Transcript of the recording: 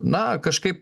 na kažkaip